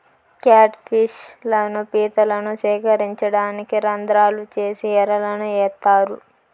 cat fish లను, పీతలను సేకరించడానికి రంద్రాలు చేసి ఎరలను ఏత్తారు